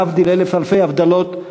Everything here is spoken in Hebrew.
להבדיל אלף אלפי הבדלות,